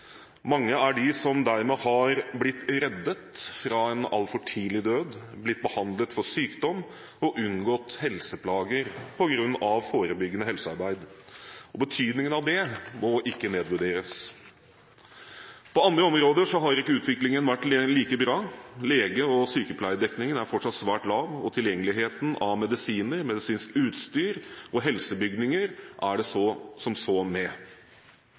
Mange er dem som dermed har blitt reddet fra en altfor tidlig død, har blitt behandlet for sykdom og har unngått helseplager på grunn av forebyggende helsearbeid. Betydningen av det må ikke nedvurderes. På andre områder har ikke utviklingen vært like bra. Lege- og sykepleierdekningen er fortsatt svært lav, og tilgjengeligheten av medisiner, medisinsk utstyr og helsebygninger er det så som så med.